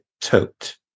tote